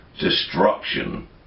destruction